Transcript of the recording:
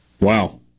Wow